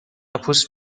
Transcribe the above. پوست